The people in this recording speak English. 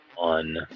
on